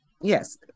Yes